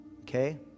Okay